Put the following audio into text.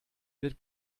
wird